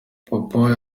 papa